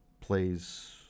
plays